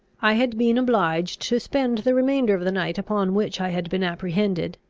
i had been obliged to spend the remainder of the night upon which i had been apprehended,